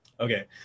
Okay